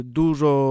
dużo